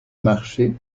marché